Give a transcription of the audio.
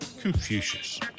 Confucius